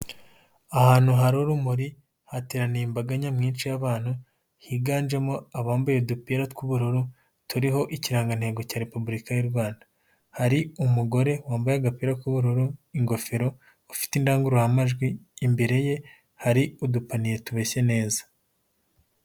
Ahantu hari urumuri hateraniye imbaga nyamwinshi y'abana higanjemo abambaye udupira tw'ubururu turiho ikirangantego cya repubulika y'u rwanda. Hari umugore wambaye agapira k'ubururu, ingofero, afite indangururamajwi, imbere ye hari udupaniye tubeshye neza.